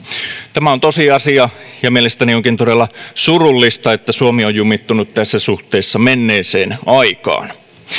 tämä on tosiasia ja mielestäni onkin todella surullista että suomi on jumittunut tässä suhteessa menneeseen aikaan